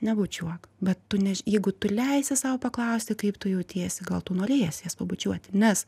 nebučiuok bet tu ne jeigu tu leisi sau paklausti kaip tu jautiesi gal tu norėsi jas pabučiuoti nes